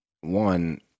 One